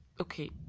okay